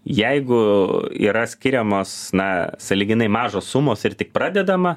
jeigu yra skiriamos na sąlyginai mažos sumos ir tik pradedama